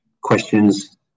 questions